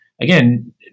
again